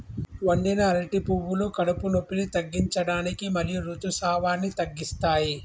వండిన అరటి పువ్వులు కడుపు నొప్పిని తగ్గించడానికి మరియు ఋతుసావాన్ని తగ్గిస్తాయి